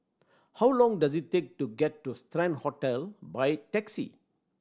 how long does it take to get to Strand Hotel by taxi